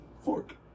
fork